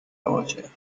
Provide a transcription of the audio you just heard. نباشه